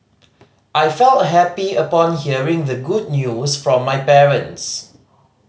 I felt happy upon hearing the good news from my parents